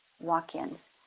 walk-ins